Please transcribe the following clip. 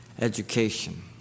education